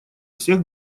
всех